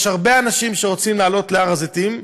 יש הרבה אנשים שרוצים לעלות להר הזיתים,